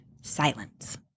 silence